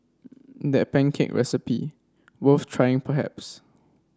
that pancake recipe worth trying perhaps